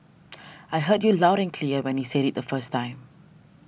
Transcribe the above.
I heard you loud and clear when you said it the first time